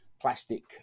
plastic